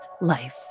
life